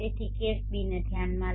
તેથી કેસ બીને ધ્યાનમાં લો